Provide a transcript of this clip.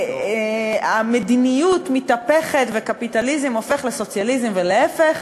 המדיניות מתהפכת וקפיטליזם הופך לסוציאליזם ולהפך,